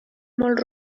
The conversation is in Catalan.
molt